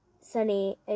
Sunny